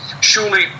Surely